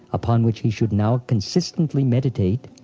upon which he should now consistently meditate,